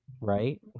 right